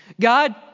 God